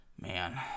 Man